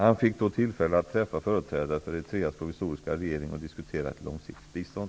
Han fick då tillfälle att träffa företrädare för Eritreas provisoriska regering och diskutera ett långsiktigt bistånd.